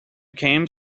came